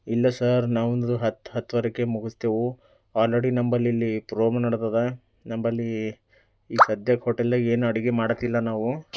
ಇಲ್ಲ ಸಾರ್ ನಾವೊಂದು ಹತ್ತು ಹತ್ತೂವರೆಗೆ ಮುಗಿಸ್ತೇವೆ ಆಲ್ರೆಡಿ ನಂಬಲ್ಲಿಲ್ಲಿ ಪ್ರೋಮು ನಡೆದಿದೆ ನಂಬಲ್ಲಿ ಈಗ ಸದ್ಯಕ್ಕೆ ಹೋಟೆಲಾಗೆ ಏನೂ ಅಡುಗೆ ಮಾಡುತ್ತಿಲ್ಲ ನಾವು